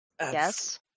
Yes